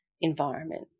environment